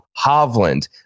Hovland